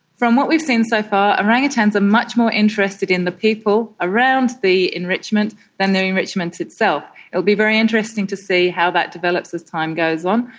from what we've seen so far, orangutans are much more interested in the people around the enrichment than the enrichment itself. it will be very interesting to see how that develops as time goes on,